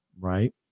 Right